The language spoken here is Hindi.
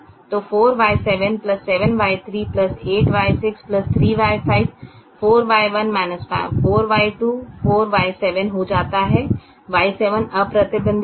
तो 4Y7 7Y3 8Y6 3Y5 4Y1 4Y2 4Y7 हो जाता है Y7 अप्रतिबंधित हो जाता है